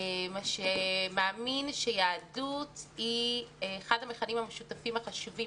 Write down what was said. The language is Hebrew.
שמאמין שיהדות היא אחד המכנים המשותפים החשובים